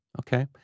Okay